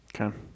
Okay